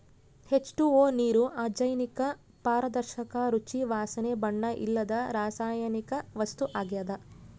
H two O ನೀರು ಅಜೈವಿಕ ಪಾರದರ್ಶಕ ರುಚಿ ವಾಸನೆ ಬಣ್ಣ ಇಲ್ಲದ ರಾಸಾಯನಿಕ ವಸ್ತು ಆಗ್ಯದ